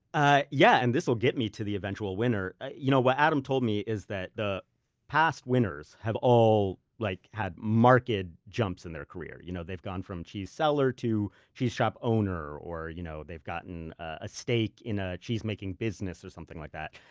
ah yeah and this will get me to the eventual winner. you know what adam told me is that the past winners have all like had market jumps in their career. you know they've they've gone from cheese seller to cheese shop owner, or you know they've gotten a stake in a cheese making business or something like that.